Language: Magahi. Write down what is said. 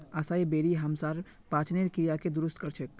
असाई बेरी हमसार पाचनेर क्रियाके दुरुस्त कर छेक